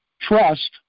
trust